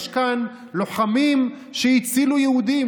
יש כאן לוחמים שהצילו יהודים,